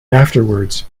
afterwards